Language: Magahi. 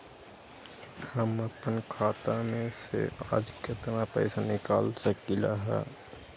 हम अपन खाता में से आज केतना पैसा निकाल सकलि ह?